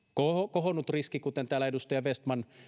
kohonnut riski kuten täällä edustaja vestman